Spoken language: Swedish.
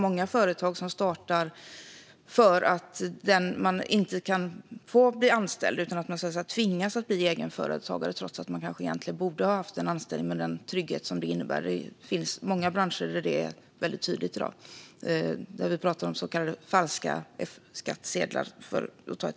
Många företag startas ju för att man inte kan bli anställd och därför tvingas bli egenföretagare, trots att man kanske borde ha haft en anställning med den trygghet det innebär. Det finns många branscher där det är tydligt. Det handlar till exempel om så kallade falska F-skattsedlar.